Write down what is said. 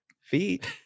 feet